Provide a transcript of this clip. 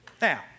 Now